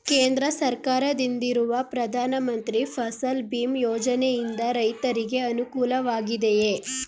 ಕೇಂದ್ರ ಸರ್ಕಾರದಿಂದಿರುವ ಪ್ರಧಾನ ಮಂತ್ರಿ ಫಸಲ್ ಭೀಮ್ ಯೋಜನೆಯಿಂದ ರೈತರಿಗೆ ಅನುಕೂಲವಾಗಿದೆಯೇ?